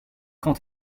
quand